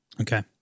Okay